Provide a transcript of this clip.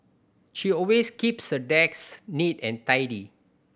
she always keeps her desk neat and tidy